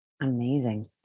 Amazing